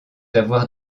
avoir